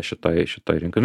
šitoj šitoj rinkoj